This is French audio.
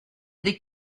des